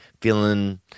feeling